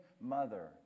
mother